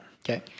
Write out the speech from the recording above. Okay